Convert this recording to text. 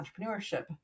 entrepreneurship